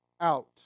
out